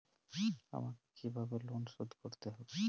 আমাকে কিভাবে লোন শোধ করতে হবে?